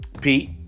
Pete